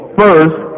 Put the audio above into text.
first